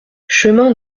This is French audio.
chemin